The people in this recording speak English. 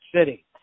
City